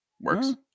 works